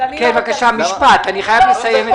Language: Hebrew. תלכו במקביל.